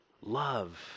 love